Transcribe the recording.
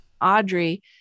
Audrey